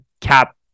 Cap